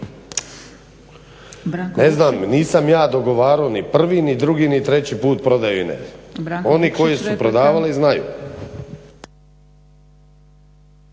Ne znam nisam ja dogovarao ni prvi, ni drugi, ni treći put prodaju INA-e. oni koji su prodavali znaju.